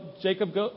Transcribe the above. Jacob